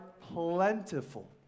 plentiful